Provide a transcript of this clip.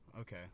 Okay